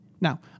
Now